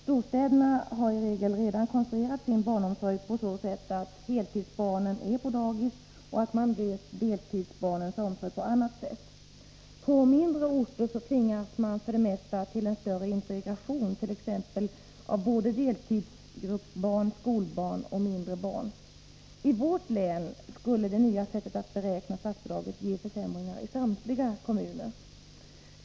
Storstäderna har i regel redan konstruerat sin barnomsorg på så sätt att heltidsbarnen är på dagis och att deltidsbarnens omsorg har lösts på annat sätt. På mindre orter tvingas man för det mesta till en större integration, t.ex. deltidsgruppsbarn, skolbarn och mindre barn. I vårt län skulle det nya sättet att beräkna statsbidraget ge försämringar i samtliga kommuner.